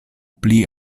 pli